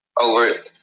over